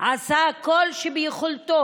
עשה כל שביכולתו